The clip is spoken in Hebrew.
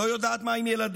לא יודעת מה עם ילדיה.